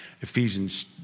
Ephesians